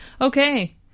Okay